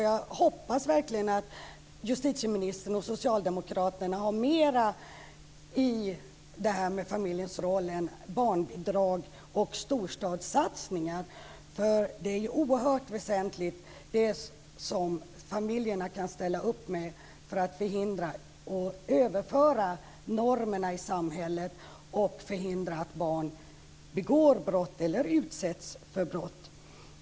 Jag hoppas verkligen att justitieministern och Socialdemokraterna har mer att komma med när det gäller familjens roll i detta än barnbidrag och storstadssatsningen. Det som familjerna kan ställa upp med är ju oerhört väsentligt för att överföra normerna i samhället och förhindra att barn begår brott eller utsätts för brott.